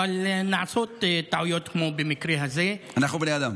אבל נעשות טעויות, כמו במקרה הזה, אנחנו בני אדם.